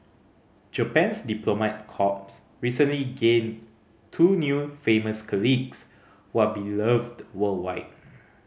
Japan's diplomat corps recently gained two new famous colleagues who are beloved worldwide